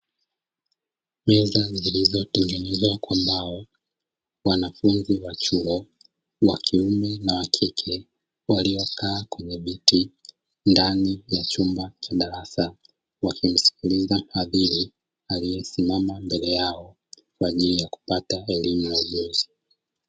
Meza zilizotengenezwa kwa mbao, wanafunzi wa chuo wakiume na wakike waliokaa kwenye viti ndani ya chumba cha darasa, wakimsikiliza mwalimu aliyesimama mbele yao kwa ajili ya kupata elimu.